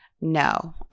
No